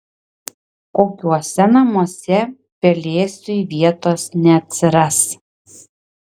kokiuose namuose pelėsiui vietos neatsiras